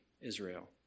Israel